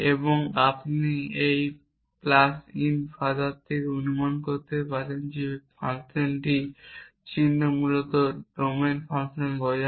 এবং আপনি এই প্লাস ইন ফাদার থেকে অনুমান করতে পারেন যে ফাংশনটি চিহ্ন মূলত ডোমেনের ফাংশন বোঝায়